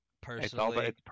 personally